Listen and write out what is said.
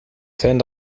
zijn